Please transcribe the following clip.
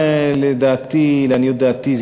לעניות דעתי,